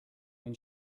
when